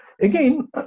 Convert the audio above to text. again